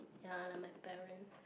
ya like my parent